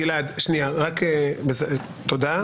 גלעד, תודה.